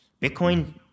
Bitcoin